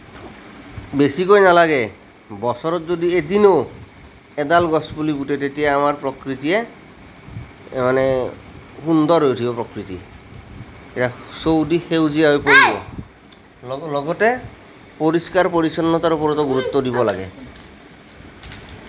বেছিকৈ নালাগে বছৰত যদি এদিনো এডাল গছ পুলি ৰোৱে তেতিয়া আমাৰ প্ৰকৃতিয়ে মানে সুন্দৰ হৈ থাকিব প্ৰকৃতি চৌদিশ সেউজীয়া হৈ পৰিব লগতে পৰিষ্কাৰ পৰিচ্ছন্নতাৰ ওপৰতো গুৰুত্ব দিব লাগে